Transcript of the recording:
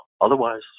Otherwise